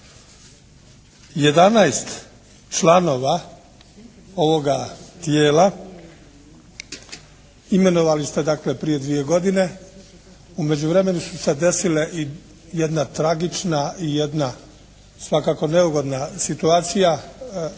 članova ovoga tijela imenovali ste dakle prije dvije godine. U međuvremenu su se desile i jedna tragična i jedna svakako neugodna situacija.